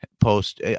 post